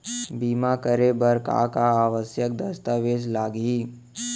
बीमा करे बर का का आवश्यक दस्तावेज लागही